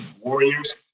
warriors